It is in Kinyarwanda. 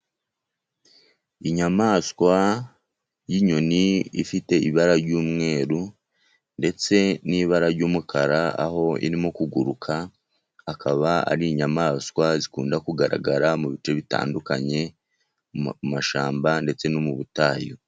Inyamaswa y'inyoni ifite ibara ry'umweru, ndetse n'ibara ry'umukara, aho irimo kuguruka, akaba ari inyamaswa zikunda kugaragara mu bice bitandukanye, mu mashyamba ndetse no mu butayu.